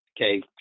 okay